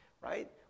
right